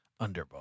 underball